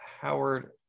Howard